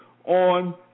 On